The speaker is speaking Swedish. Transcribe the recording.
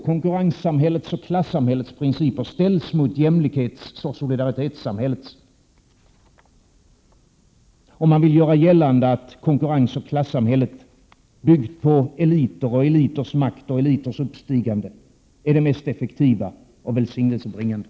Konkurrenssamhällets och klassamhällets principer ställs mot jämlikhetsoch solidaritetssamhällets, och man vill göra gällande att konkurrensoch klassamhället, byggt på eliters makt och eliters uppstigande, är det mest effektiva och välsignelsebringande.